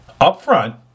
upfront